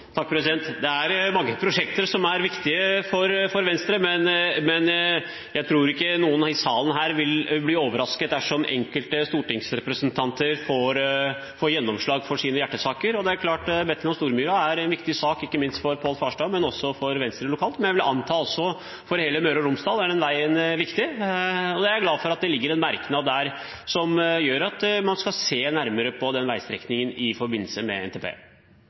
prosjekter som er viktige for Venstre, men jeg tror ikke noen i salen her vil bli overrasket dersom enkelte stortingsrepresentanter får gjennomslag for sine hjertesaker, og Betna–Stormyra er en viktig sak ikke minst for Pål Farstad, men også for Venstre lokalt. Jeg vil anta at også for hele Møre og Romsdal er den veien viktig. Jeg er glad for at det ligger en merknad der om at man skal se nærmere på den veistrekningen i forbindelse med NTP.